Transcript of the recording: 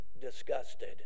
disgusted